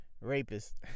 Rapist